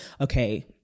okay